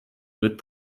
wird